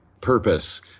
purpose